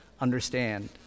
understand